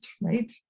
right